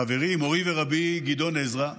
חברי, מורי ורבי גדעון עזרא,